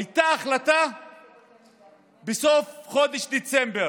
הייתה החלטה בסוף חודש דצמבר,